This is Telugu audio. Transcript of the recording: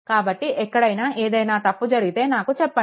కాబట్టి ఎక్కడైనా ఏదైనా తప్పు జరిగితే నాకు చెప్పండి